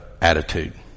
attitude